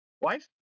Wife